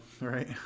right